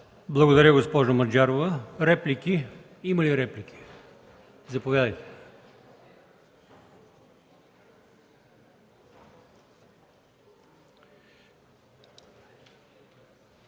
Благодаря, госпожо Маджарова. Има ли реплики? Заповядайте.